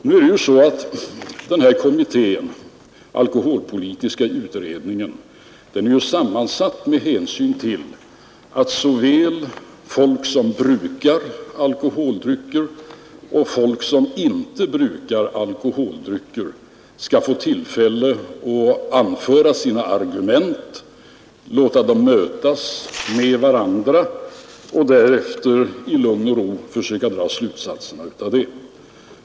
Nu är ju den alkoholpolitiska utredningen sammansatt med hänsyn till att folk som brukar alkoholdrycker och folk som inte brukar alkoholdrycker skall få tillfälle att anföra sina argument, låta dem mötas, och därefter i lugn och ro försöka dra slutsatserna av det.